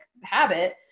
habit